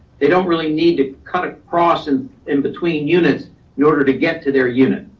they don't really need to kind of cross in in between units in order to get to their unit.